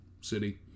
City